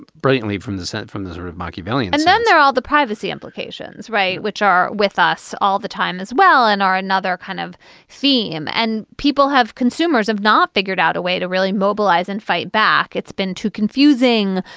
brilliantly from the senate, from the sort of machiavellian and sense there all the privacy implications. right. which are with us all the time as well and are another kind of theme. and people have consumers have not figured out a way to really mobilize and fight back. it's been too confusing,